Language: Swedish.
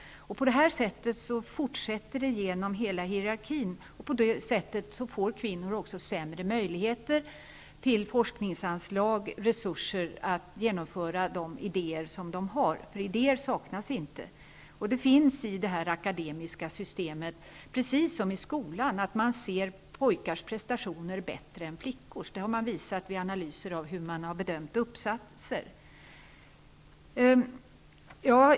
Detta fortsätter genom hela hierarkin, och på det sättet får kvinnor sämre möjligheter till forskningsanslag och resurser att genomföra de idéer som de har -- idéer saknas inte. I det akademiska systemet är det precis som i skolan, där man bättre ser pojkars prestationer än flickors. Det framgår av analyser av hur uppsatser bedöms.